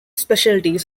specialities